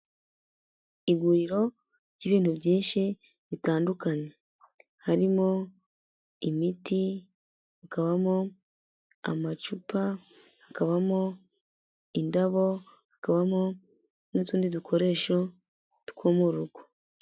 Iguriro ry'ibintu byinshi bitandukanye, harimo imiti, hakabamo amacupa, hakabamo indabo, hakabamo n'utundi dukoresho two mu rugo.